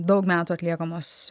daug metų atliekamos